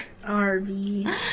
rv